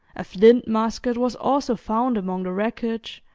a flint musket was also found among the wreckage,